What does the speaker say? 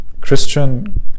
christian